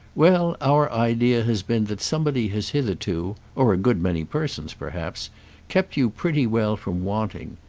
well, our idea has been that somebody has hitherto or a good many persons perhaps kept you pretty well from wanting.